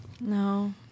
No